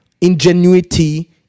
ingenuity